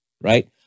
right